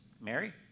Mary